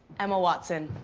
emma watson.